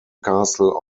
castle